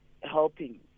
helping